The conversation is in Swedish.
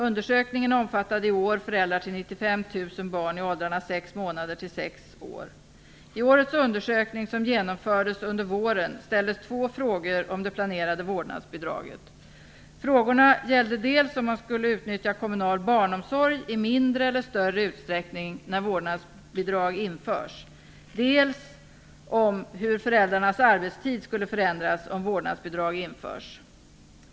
Undersökningen omfattade i år föräldrar till 95 000 barn i åldrarna sex månader till sex år. I årets undersökning, som genomfördes under våren, ställdes två frågor om det planerade vårdnadsbidraget. Frågorna gällde dels om man skulle utnyttja kommunal barnomsorg i mindre eller större utsträckning när vårdnadsbidraget införts, dels hur föräldrarnas arbetstid skulle förändras om vårdnadsbidraget infördes.